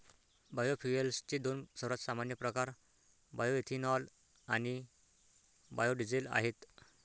बायोफ्युएल्सचे दोन सर्वात सामान्य प्रकार बायोएथेनॉल आणि बायो डीझेल आहेत